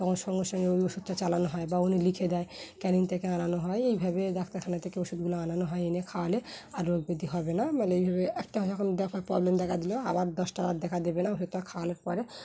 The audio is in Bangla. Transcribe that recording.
তখন সঙ্গে সঙ্গে ওই ওষুধটা চালানো হয় বা উনি লিখে দেয় ক্যানিং থেকে আনানো হয় এইভাবে ডাক্তারখানা থেকে ওষুধগুলো আনানো হয় এনে খাওয়ালে আর রোগ ব্যাধি হবে না মানে এইভাবে একটা যখন দেখ হয় প্রবলেম দেখা দিল আবার দশটা আর দেখা দেবে না ওষুধটা খাওয়ানোর পরে